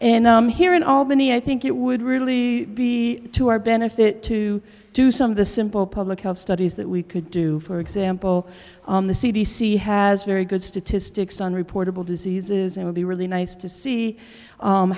and i'm here in albany i think it would really be to our benefit to do some of the simple public health studies that we could do for example the c d c has very good statistics on reportable diseases it would be really nice to see